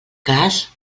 cas